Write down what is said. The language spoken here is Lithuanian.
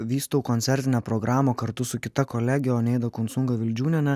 vystau koncertinę programą kartu su kita kolege oneida konsunga vildžiūniene